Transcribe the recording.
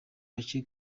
bake